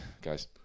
Guys